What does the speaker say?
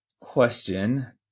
question